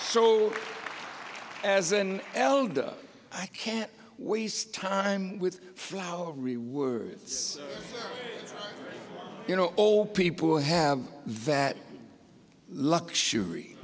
so as an elder i can't waste time with flowery words you know all people have that luxury